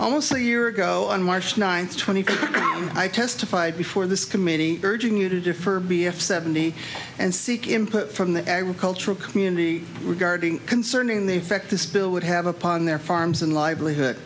almost a year ago on march ninth twenty i testified before this committee urging you to defer b f seventy and seek input from the agricultural community regarding concerning the effect this bill would have upon their farms and livelihood